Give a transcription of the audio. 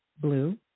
Blue